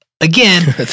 Again